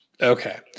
okay